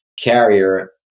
carrier